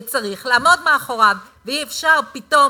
וצריך לעמוד מאחוריו, ואי-אפשר פתאום